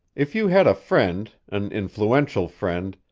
if you had a friend, an influential friend,